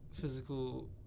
physical